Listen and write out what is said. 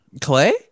Clay